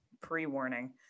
Pre-warning